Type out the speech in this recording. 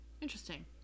Interesting